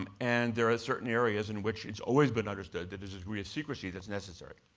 um and there are certain areas in which it's always been understood that there's a degree of secrecy that's necessary.